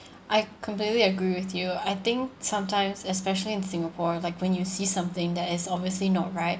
I completely agree with you I think sometimes especially in singapore like when you see something that is obviously not right